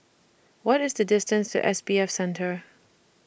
What IS The distance to S B F Center